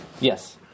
Yes